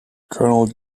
colonel